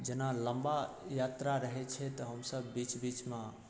जेना लम्बा यात्रा रहै छै तऽ ई सब बीच बीचमे